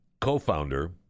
co-founder